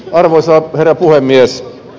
arvoisa herra puhemies